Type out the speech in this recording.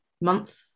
month